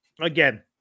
again